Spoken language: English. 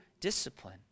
discipline